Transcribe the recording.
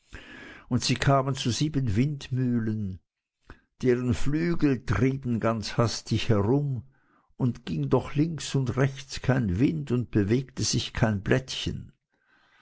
und sie kamen zu sieben windmühlen deren flügel trieben ganz hastig herum und ging doch links und rechts kein wind und bewegte sich kein blättchen